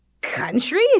country